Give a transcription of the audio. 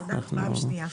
תודה, פעם שנייה.